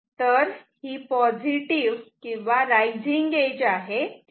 तर ही पॉझिटिव्ह किंवा रायझिंग एज आहे